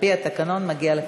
על-פי התקנון מגיעות לך חמש דקות.